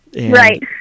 Right